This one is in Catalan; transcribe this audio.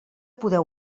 poder